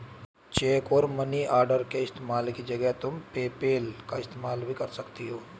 check और money order के इस्तेमाल की जगह तुम पेपैल का इस्तेमाल भी कर सकती हो